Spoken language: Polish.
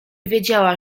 wiedziała